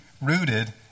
rooted